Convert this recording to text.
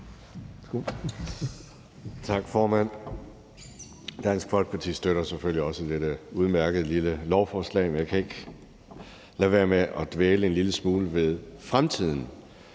Tak, formand. Dansk Folkeparti støtter selvfølgelig også dette udmærkede lille lovforslag. Men jeg kan ikke lade være med at dvæle en lille smule ved fremtiden.